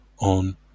on